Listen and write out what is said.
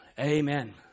Amen